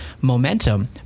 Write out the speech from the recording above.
momentum